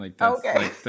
Okay